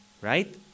right